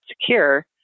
secure